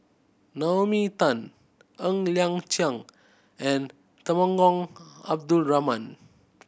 Naomi Tan Ng Liang Chiang and Temenggong Abdul Rahman